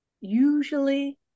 usually